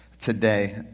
today